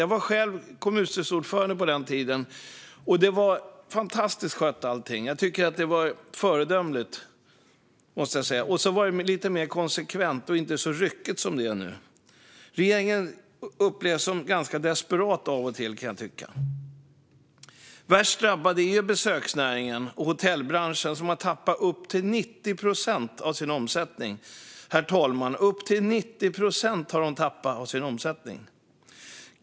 Jag var själv kommunstyrelseordförande på den tiden, och allting sköttes fantastiskt. Jag tycker att det var föredömligt. Det var också lite mer konsekvent och inte så ryckigt som det är nu; regeringen upplevs som ganska desperat av och till. Värst drabbade är besöksnäringen och hotellbranschen, som har tappat upp till 90 procent av sin omsättning.